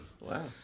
Wow